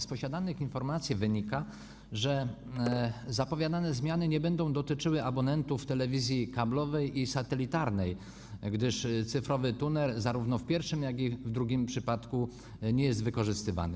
Z posiadanych informacji wynika, że zapowiadane zmiany nie będą dotyczyły abonentów telewizji kablowej i satelitarnej, gdyż cyfrowy tunel zarówno w pierwszym, jak i w drugim przypadku nie jest wykorzystywany.